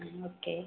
ம் ஓகே